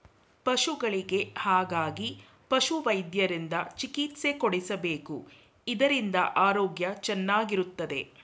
ಪಶುಗಳಿಗೆ ಹಾಗಾಗಿ ಪಶುವೈದ್ಯರಿಂದ ಚಿಕಿತ್ಸೆ ಕೊಡಿಸಬೇಕು ಇದರಿಂದ ಆರೋಗ್ಯ ಚೆನ್ನಾಗಿರುತ್ತದೆ